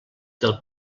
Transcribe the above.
del